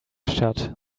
shut